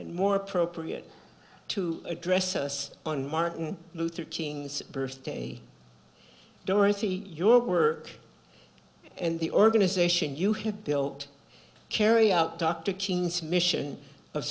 and more appropriate to address us on martin luther king's birthday dorothy your were and the organization you have built carry out dr king's mission of